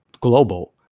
global